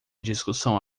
discussão